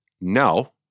no